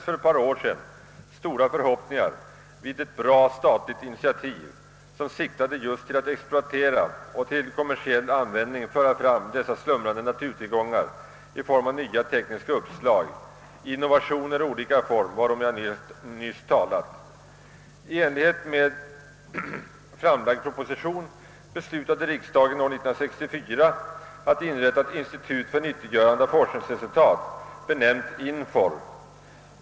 För ett par år sedan fästes stora förhoppningar vid ett gott statligt initiativ, som siktade just till att exploatera och till kommersiell användning föra fram dessa slumrande naturtillgångar i form av nya tekniska uppslag och innovationer av olika slag, varom jag nyss talat. I enlighet med en framlagd proposition beslutade riksdagen år 1964 att inrätta ett institut för nyttiggörande av forskningsresultat, benämnt INFOR.